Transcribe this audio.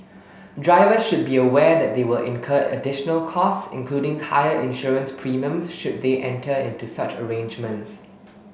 drivers should be aware that they will incur additional costs including higher insurance premiums should they enter into such arrangements